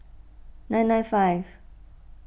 nine nine five